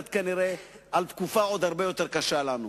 שכנראה מבשרת תקופה עוד הרבה יותר קשה לנו.